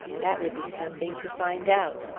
that would be something to find out.